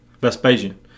Vespasian